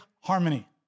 harmony